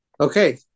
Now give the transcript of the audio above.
Okay